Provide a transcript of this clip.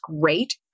great